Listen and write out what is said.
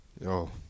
Yo